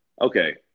Okay